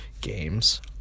games